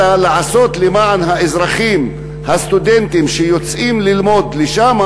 לעשות למען האזרחים הסטודנטים שיוצאים ללמוד שם,